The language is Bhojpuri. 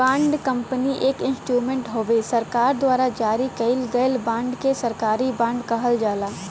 बॉन्ड कंपनी एक इंस्ट्रूमेंट हउवे सरकार द्वारा जारी कइल गयल बांड के सरकारी बॉन्ड कहल जाला